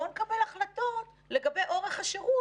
בואו נקבל החלטות לגבי אורך השירות,